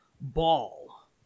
ball